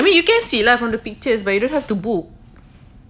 I mean you can see lah from the pictures but you don't have to book